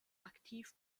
aktiv